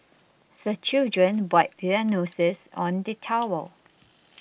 the children wipe their noses on the towel